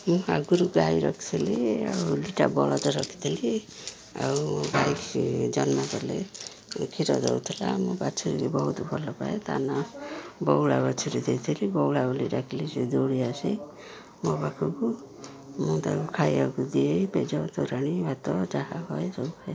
ମୁଁ ଆଗୁରୁ ଗାଈ ରଖିଥିଲି ଆଉ ଦୁଇ'ଟା ବଳଦ ରଖିଥିଲି ଆଉ ଗାଈ ଜନ୍ମ କଲେ କ୍ଷୀର ଦେଉଥିଲା ମୁଁ ବାଛୁରୀକୁ ବହୁତ ଭଲପାଏ ତା ନାଁ ବଉଳା ବାଛୁରୀ ଦେଇଥିଲି ବଉଳା ବୋଲି ଡ଼ାକିଲେ ସେ ଦୌଡ଼ି ଆସେ ମୋ ପାଖକୁ ମୁଁ ତା'କୁ ଖାଇବାକୁ ଦିଏ ପେଜ ତୋରାଣି ଭାତ ଯାହା ହୁଏ ସବୁ ଖାଏ